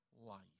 life